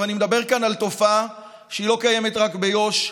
אני מדבר כאן על תופעה שלא קיימת רק ביו"ש,